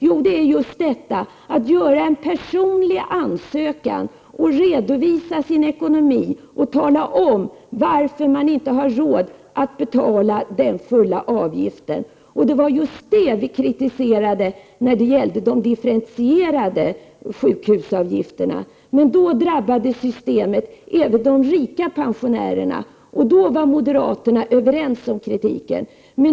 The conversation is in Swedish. Jo, det är just detta att göra en personlig ansökan och redovisa sin ekonomi och tala om varför man inte har råd att betala den fulla avgiften. Det var just det vi kritiserade när det var fråga om de differentierade sjukhusavgifterna. Men då drabbade systemet även de rika pensionärerna, och då var moderaterna överens med oss om kritiken.